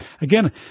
Again